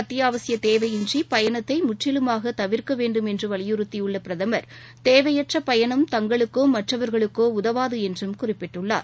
அத்தியாவசியதேவையின்றி பயணத்தைமுற்றிலுமாகதவிர்க்கவேண்டும் என்றுவலியுறுத்தியுள்ளபிரதமர் தேவையற்றபயணம் தங்களுக்கோ மற்றவர்களுக்கோஉதவாதுஎன்றும் குறிப்பிட்டுள்ளார்